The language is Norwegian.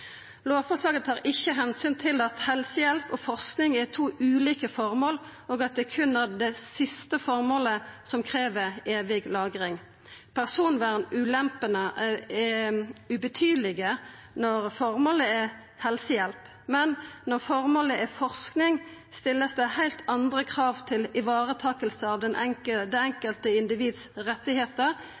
Lovforslaget tar ikkje omsyn til at helsehjelp og forsking er to ulike føremål, og at det berre er det siste føremålet som krev evig lagring. Personvernulempene er ubetydelege når føremålet er helsehjelp, men når føremålet er forsking, vert det stilt heilt andre krav til ivaretaking av rettane til det enkelte